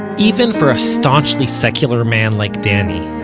even for a staunchly secular man like danny,